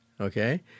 okay